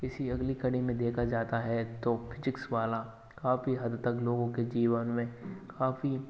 इसी अगली कड़ी में देखा जाता है तो फिजिक्स वाला काफी हद तक लोगों के जीवन में काफी